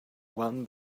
one